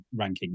rankings